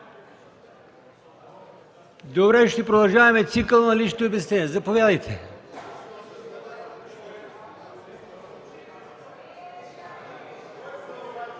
Добре, ще продължаваме цикъла на личните обяснения. Заповядайте.